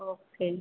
okay